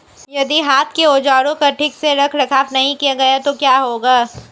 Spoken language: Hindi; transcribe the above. यदि हाथ के औजारों का ठीक से रखरखाव नहीं किया गया तो क्या होगा?